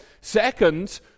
Second